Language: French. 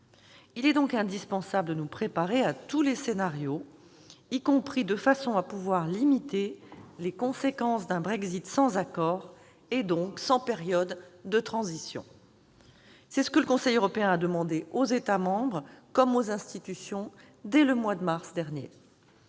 Il est donc indispensable de nous préparer à tous les scénarios, y compris de façon à pouvoir limiter les conséquences d'un Brexit sans accord, donc sans période de transition. C'est ce que le Conseil européen a demandé aux États membres comme aux institutions, dès le mois de mars dernier.